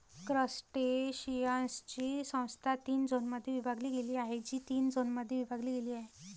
क्रस्टेशियन्सची संस्था तीन झोनमध्ये विभागली गेली आहे, जी तीन झोनमध्ये विभागली गेली आहे